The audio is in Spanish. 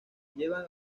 llevan